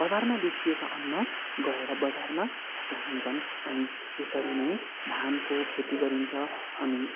बजारमा बेचिएका अन्न गएर बजारमा सप्लाई हुन्छन् अनि यसरी नै धानको खेती गरिन्छ अनि